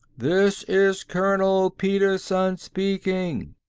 this is colonel petersen speaking.